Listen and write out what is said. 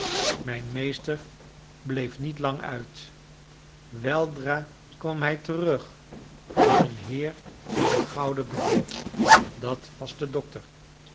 mijn meester bleef niet lang uit weldra kwam hij terug met een heer met een gouden bril dat was de dokter